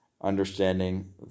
understanding